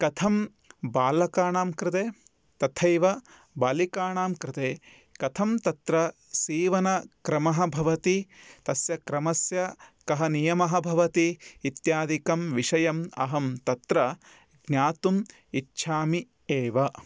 कथं बालकाणां कृते तथैव बालिकाणां कृते कथं तत्र सीवनक्रमः भवति तस्य क्रमस्य कः नियमः भवति इत्यादिकं विषयम् अहं तत्र ज्ञातुम् इच्छामि एव